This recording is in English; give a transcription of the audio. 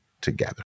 together